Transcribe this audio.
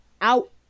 out